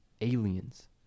Aliens